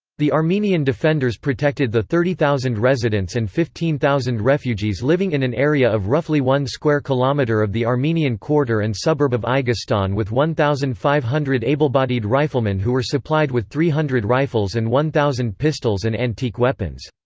the armenian defenders protected the thirty thousand residents and fifteen thousand refugees living in an area of roughly one square kilometer of the armenian quarter and suburb of aigestan with one thousand five hundred ablebodied riflemen who were supplied with three hundred rifles and one thousand pistols and antique weapons.